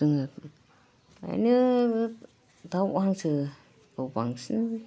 जोङो ओरैनो दाउ हांसोखौ बांसिन